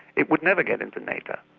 it would never get into nato,